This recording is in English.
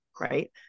right